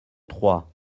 trois